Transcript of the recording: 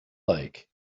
like